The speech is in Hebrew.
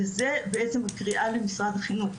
וזו בעצם הקריאה למשרד החינוך,